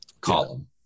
column